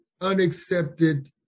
unaccepted